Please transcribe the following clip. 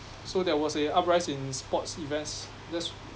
so there was a uprise in sports events just